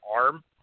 arm